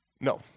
no